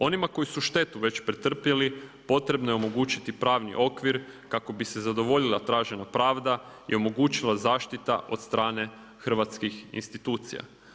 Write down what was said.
Onima koji su štetu već pretrpjeli potrebno je omogućiti pravni okvir kako bi se zadovoljila tražena pravda i omogućila zaštita od strane hrvatskih institucija.